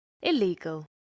illegal